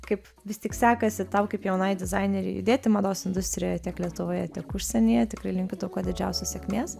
kaip vis tik sekasi tau kaip jaunai dizainerei judėti mados industrijoje tiek lietuvoje tiek užsienyje tikrai linkiu tau kuo didžiausios sėkmės